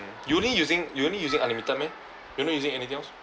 you only using you only using unlimited meh you not using anything else